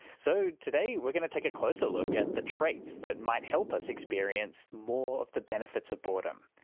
so, today we're going to take a closer look at the traits that might help us experience more of the benefits of boredom.